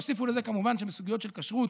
תוסיפו לזה כמובן שבסוגיות של כשרות